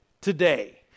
today